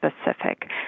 specific